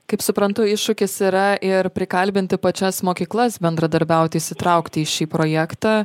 kaip suprantu iššūkis yra ir prikalbinti pačias mokyklas bendradarbiauti įsitraukti į šį projektą